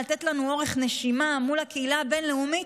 לתת לנו אורך נשימה מול הקהילה הבין-לאומית?